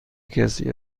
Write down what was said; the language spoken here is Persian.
کسی